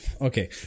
Okay